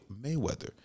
Mayweather